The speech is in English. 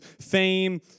fame